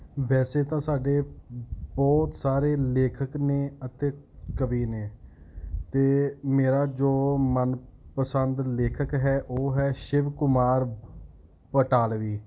ਵੈਸੇ ਤਾਂ ਸਾਡੇ ਬਹੁਤ ਸਾਰੇ ਲੇਖਕ ਨੇ ਅਤੇ ਕਵੀ ਨੇ ਅਤੇ ਮੇਰਾ ਜੋ ਮਨਪਸੰਦ ਲੇਖਕ ਹੈ ਉਹ ਹੈ ਸ਼ਿਵ ਕੁਮਾਰ ਬਟਾਲਵੀ